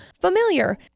familiar